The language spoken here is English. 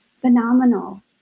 phenomenal